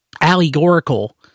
allegorical